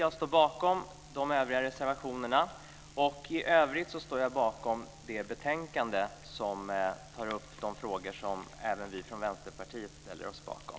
Jag står bakom våra övriga reservationer och i övrigt står jag bakom det betänkande där de frågor tas upp som även vi från Vänsterpartiet ställer oss bakom.